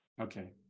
Okay